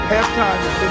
Halftime